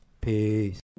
Peace